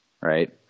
right